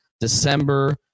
December